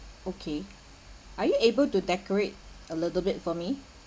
okay are you able to decorate a little bit for me